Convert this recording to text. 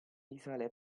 risale